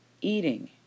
eating